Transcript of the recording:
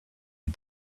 had